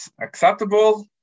acceptable